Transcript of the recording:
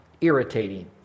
irritating